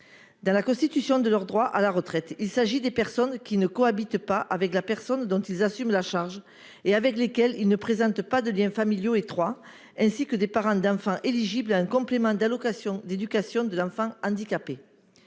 dans la constitution de leurs droits à la retraite : il s'agit des personnes qui ne cohabitent pas avec la personne dont ils assument la charge et avec laquelle ils ne présentent pas de liens familiaux étroits, ainsi que des parents d'enfants éligibles à un complément d'allocation d'éducation de l'enfant handicapé.